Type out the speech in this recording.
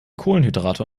kohlenhydrate